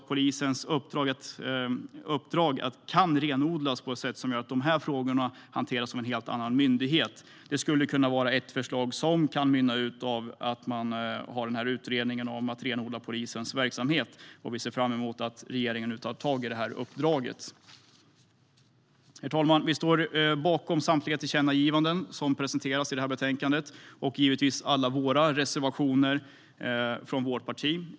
Polisens uppdrag kan kanske renodlas på ett sätt som gör att dessa frågor hanteras av en helt annan myndighet. Det skulle kunna vara ett förslag som utmynnar ur utredningen om att renodla polisens verksamhet. Vi ser fram emot att regeringen nu tar tag i uppdraget. Herr talman! Sverigedemokraterna står bakom samtliga tillkännagivanden som presenteras i betänkandet och givetvis alla reservationer från vårt parti.